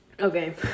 Okay